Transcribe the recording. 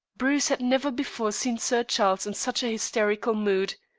bruce had never before seen sir charles in such a hysterical mood.